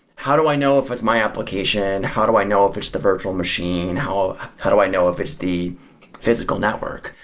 how do i know if it's my application. and how do i know if it's the virtual machine? how how do i know if it's the physical network?